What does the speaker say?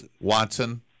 Watson